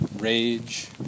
rage